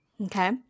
Okay